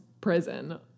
prison